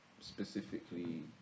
specifically